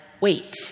wait